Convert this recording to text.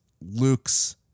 Luke's